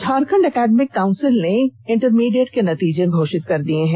Jharkhand academic council ने intermediate के नतीजे घोषित कर दिए हैं